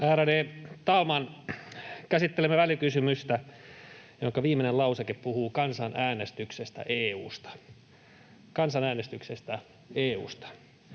Ärade talman! Käsittelemme välikysymystä, jonka viimeinen lauseke puhuu kansanäänestyksestä EU:sta — kansanäänestyksestä EU:sta,